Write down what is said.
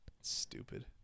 Stupid